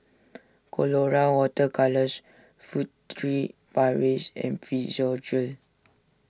Colora Water Colours Furtere Paris and Physiogel